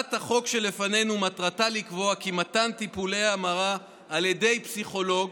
הצעת החוק שלפנינו מטרתה לקבוע כי מתן טיפולי המרה על ידי פסיכולוג,